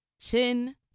Chin